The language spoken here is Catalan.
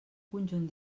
conjunt